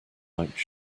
like